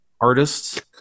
artists